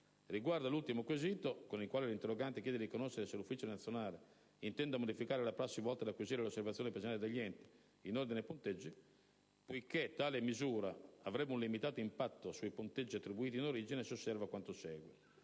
Riguardo all'ultimo quesito, con il quale l'interrogante chiede di conoscere se l'Ufficio nazionale per il servizio civile intenda modificare la prassi volta ad acquisire le osservazioni presentate dagli enti in ordine ai punteggi, poiché tale misura avrebbe un limitato impatto sui punteggi attribuiti in origine, si osserva quanto segue.